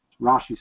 Rashi